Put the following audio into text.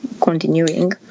continuing